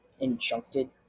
injuncted